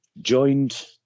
joined